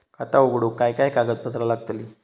खाता उघडूक काय काय कागदपत्रा लागतली?